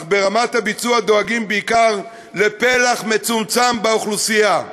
אך ברמת הביצוע דואגים בעיקר לפלח מצומצם באוכלוסייה.